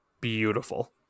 beautiful